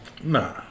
Nah